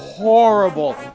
horrible